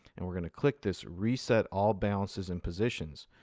and we're going to click this reset all balances and positions.